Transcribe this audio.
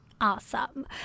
Awesome